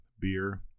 beer